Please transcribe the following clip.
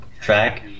track